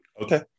Okay